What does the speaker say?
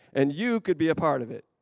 and you could be a part of it.